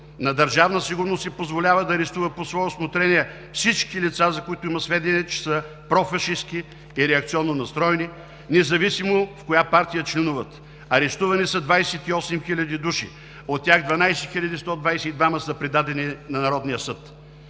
на Държавна сигурност се позволява да арестува по свое усмотрение всички лица, за които има сведения, че са профашистки и реакционно настроени, независимо в коя партия членуват.“ Арестувани са 28 000 души, от тях 12 122 са предадени на Народния съд.